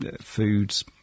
foods